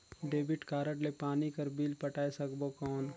Debit card ले पानी कर बिल पटाय सकबो कौन?